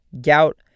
gout